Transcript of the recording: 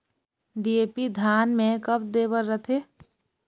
DAP धान मे कब दे बर रथे?